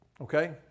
Okay